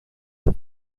der